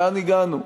ולאן הגענו?